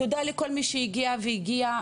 תודה לכל מי שהגיע והגיעה,